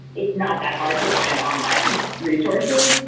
it's not that hard to find online resources.